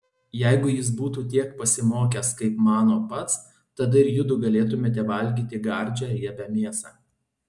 jeigu jis būtų tiek pasimokęs kaip mano pats tada ir judu galėtumėte valgyti gardžią riebią mėsą